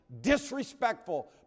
disrespectful